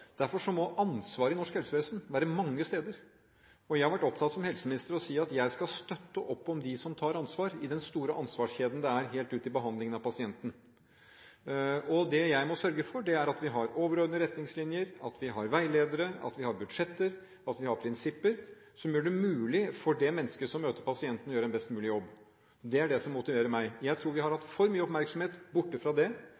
Derfor må ansvaret i norsk helsevesen være mange steder. Jeg har som helseminister vært opptatt av å si at jeg skal støtte opp om dem som tar ansvar i den store ansvarskjeden som er helt ut til behandlingen av pasienten. Det jeg må sørge for, er at vi har overordnede retningslinjer, veiledere, budsjetter og prinsipper som gjør det mulig for det mennesket som møter pasienten, å gjøre en best mulig jobb. Det er det som motiverer meg. Jeg tror vi har hatt